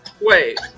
Wait